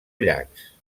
llacs